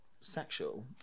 sexual